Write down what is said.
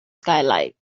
skylight